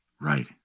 Right